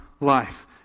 life